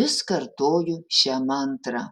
vis kartoju šią mantrą